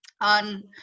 on